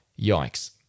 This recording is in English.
yikes